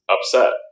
upset